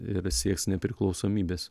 ir sieks nepriklausomybės